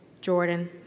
Jordan